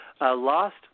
Last